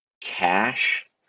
cash